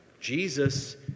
Jesus